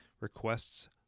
Requests